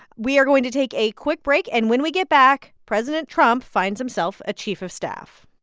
we are going to take a quick break, and when we get back, president trump finds himself a chief of staff